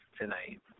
tonight